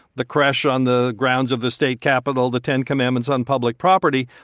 the creche on the grounds of the state capitol, the ten commandments on public property.